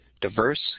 diverse